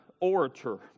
orator